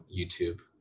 youtube